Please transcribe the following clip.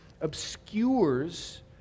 obscures